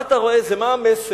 "מה אתה רואה", זה מה המסר;